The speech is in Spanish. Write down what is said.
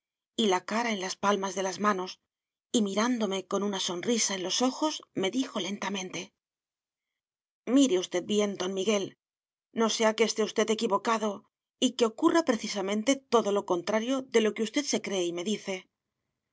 y la cara en las palmas de las manos y mirándome con una sonrisa en los ojos me dijo lentamente mire usted bien don miguel no sea que esté usted equivocado y que ocurra precisamente todo lo contrario de lo que usted se cree y me dice